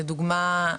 לדוגמא,